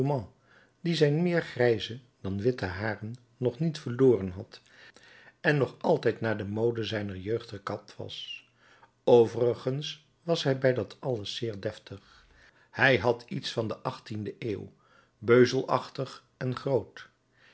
die zijn meer grijze dan witte haren nog niet verloren had en nog altijd naar de mode zijner jeugd gekapt was overigens was hij bij dat alles zeer deftig hij had iets van de achttiende eeuw beuzelachtig en groot